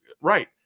Right